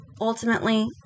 Ultimately